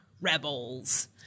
Rebels